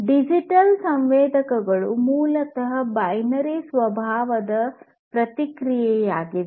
digital ಸಂವೇದಕಗಳು ಮೂಲತಃ binary ಸ್ವಭಾವದ ಪ್ರತಿಕ್ರಿಯೆಯಾಗಿದೆ